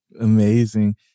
Amazing